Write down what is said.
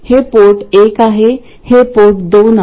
हे पोर्ट एक आहे आणि हे पोर्ट दोन आहे